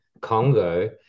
congo